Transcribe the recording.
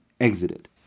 exited